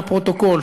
לפרוטוקול,